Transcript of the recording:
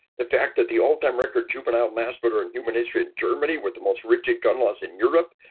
the fact that the all-time record juvenile mass murder in human history in germany with the most rigid gun laws in europe,